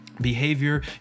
behavior